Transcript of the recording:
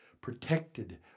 Protected